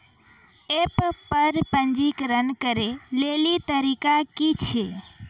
App पर पंजीकरण करै लेली तरीका की छियै?